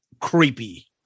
creepy